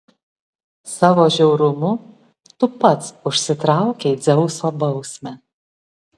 savo žiaurumu tu pats užsitraukei dzeuso bausmę